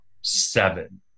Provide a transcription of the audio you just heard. seven